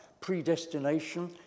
Predestination